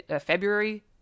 February